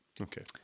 Okay